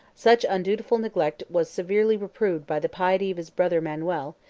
such undutiful neglect was severely reproved by the piety of his brother manuel,